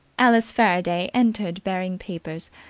alice faraday entered bearing papers,